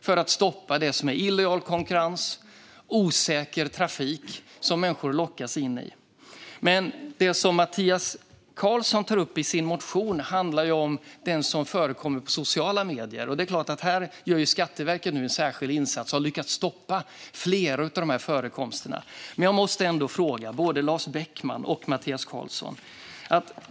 Det handlar om att stoppa illegal konkurrens och osäker trafik som människor lockas in i. Men det som Mattias Karlsson tar upp i sin motion är sådant som förekommer i sociala medier. Här gör Skatteverket en särskild insats och har lyckats stoppa flera av dessa förekomster. Men jag har ändå en fråga till Mattias Karlsson och Lars Beckman.